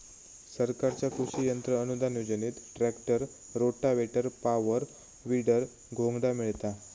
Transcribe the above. सरकारच्या कृषि यंत्र अनुदान योजनेत ट्रॅक्टर, रोटावेटर, पॉवर, वीडर, घोंगडा मिळता